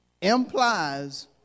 implies